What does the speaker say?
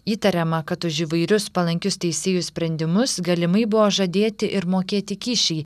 įtariama kad už įvairius palankius teisėjų sprendimus galimai buvo žadėti ir mokėti kyšiai